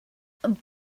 but